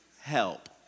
Help